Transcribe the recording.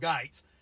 Gates